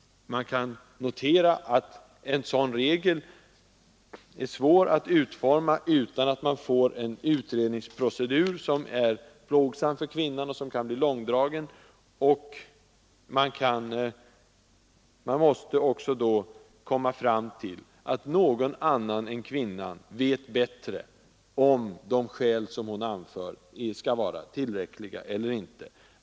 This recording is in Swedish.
En regel på den här punkten är svår att utforma utan att man får en utredningsprocedur som är plågsam för kvinnan och som kan bli långdragen. Dessutom måste man då hävda att någon annan än kvinnan vet bättre, om de skäl som hon anför skall anses tillräckliga eller inte.